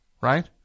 right